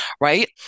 right